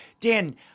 Dan